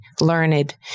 learned